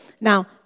Now